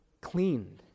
cleaned